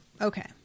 Okay